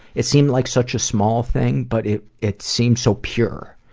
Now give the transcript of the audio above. it seemed like such a small thing, but it it seemed so pure.